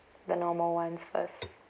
the normal ones first